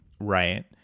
right